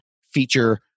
feature